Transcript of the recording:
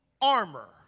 armor